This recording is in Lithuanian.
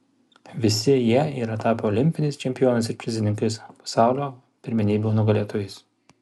visi jie yra tapę olimpiniais čempionais ir prizininkais pasaulio pirmenybių nugalėtojais